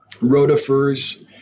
rotifers